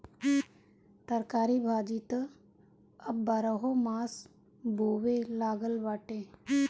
तरकारी भाजी त अब बारहोमास बोआए लागल बाटे